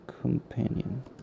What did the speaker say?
companion